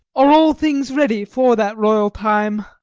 are all things ready for that royal time?